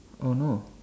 oh no